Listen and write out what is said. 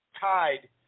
tied